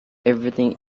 everything